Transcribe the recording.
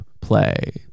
play